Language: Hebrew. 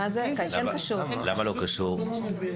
למה לא קשור?